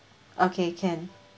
okay can